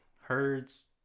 herds